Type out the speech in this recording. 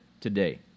today